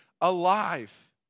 alive